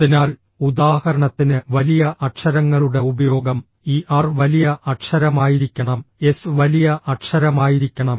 അതിനാൽ ഉദാഹരണത്തിന് വലിയ അക്ഷരങ്ങളുടെ ഉപയോഗം ഈ ആർ വലിയ അക്ഷരമായിരിക്കണം എസ് വലിയ അക്ഷരമായിരിക്കണം